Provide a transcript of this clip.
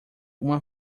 uma